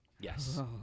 Yes